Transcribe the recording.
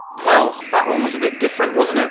well that one was a bit different, wasn't it?